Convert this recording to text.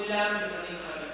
כנסת נכבדה,